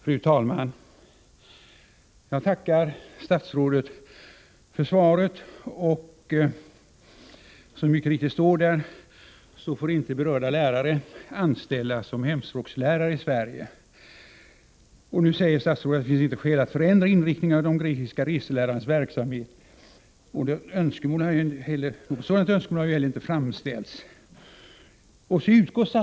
Fru talman! Jag tackar statsrådet för svaret. Berörda lärare får inte — som det mycket riktigt står i svaret — anställas som hemspråkslärare i Sverige. Statsrådet säger att det inte finns skäl att förändra inriktningen av de grekiska reselärarnas verksamhet. Vidare säger han att något sådant önskemål inte heller framställts från den grekiska statens sida.